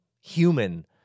human